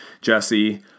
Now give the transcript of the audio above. Jesse